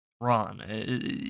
Ron